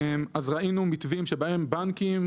ראינו מתווים שבהם בנקים,